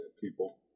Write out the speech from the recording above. people